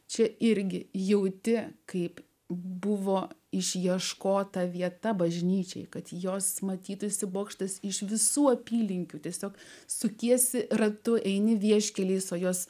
čia irgi jauti kaip buvo išieškota vieta bažnyčiai kad jos matytųsi bokštas iš visų apylinkių tiesiog sukiesi ratu eini vieškeliais o jos